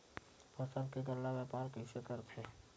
फसल के गल्ला व्यापार कइसे करथे?